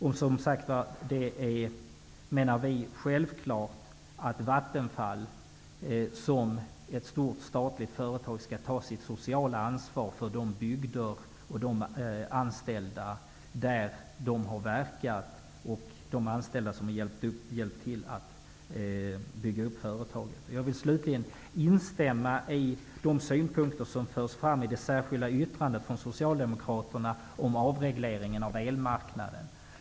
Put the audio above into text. Vi menar att det är självklart att Vattenfall som ett stort statligt företag skall ta sitt sociala ansvar för de bygder där företaget har verkat och för dem som varit anställda och hjälpt till att bygga upp företaget. Jag vill slutligen instämma i de synpunkter som förs fram i det särskilda yttrandet från Socialdemokraterna om avreglering av elmarknaden.